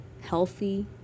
healthy